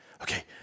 okay